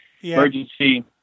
emergency